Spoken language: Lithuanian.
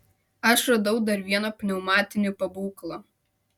aš radau dar vieną pneumatinį pabūklą